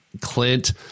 Clint